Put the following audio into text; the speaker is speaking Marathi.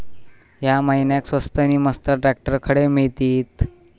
या महिन्याक स्वस्त नी मस्त ट्रॅक्टर खडे मिळतीत?